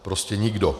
Prostě nikdo.